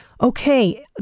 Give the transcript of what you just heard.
Okay